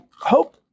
hope